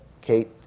Kate